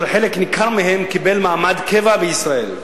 רובם פלסטינים, אשר חלק מהם קיבל מעמד קבע בישראל.